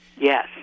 yes